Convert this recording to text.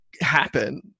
happen